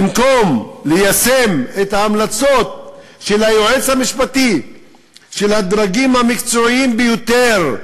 במקום ליישם את ההמלצות של היועץ המשפטי של הדרגים המקצועיים ביותר,